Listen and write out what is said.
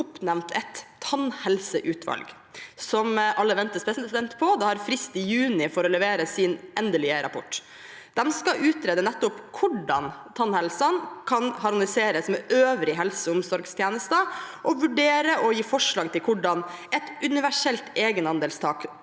oppnevnt et tannhelseutvalg, som alle venter spent på. Det har frist til i juni for å levere sin endelige rapport. De skal utrede nettopp hvordan tannhelsen kan harmoniseres med øvrige helse- og omsorgstjenester, og vurdere og komme med forslag til hvordan et universelt egenandelstak